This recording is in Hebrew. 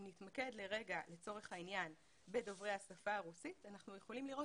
אם נתמקד לרגע לצורך העניין בדוברי השפה הרוסית אנחנו יכולים לראות